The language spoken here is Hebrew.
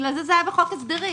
לכן זה היה בחוק ההסדרים.